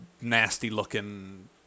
nasty-looking